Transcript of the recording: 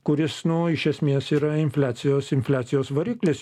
kuris nu iš esmės yra infliacijos infliacijos variklis